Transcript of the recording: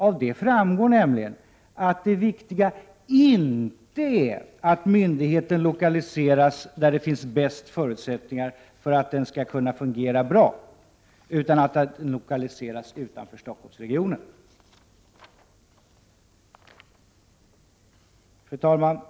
Av det framgår nämligen att det viktiga inte är att myndigheten lokaliseras där det finns bäst förutsättningar för att den skall kunna fungera bra utan att den lokaliseras utanför Stockholmsregionen. Fru talman!